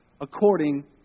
according